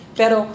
pero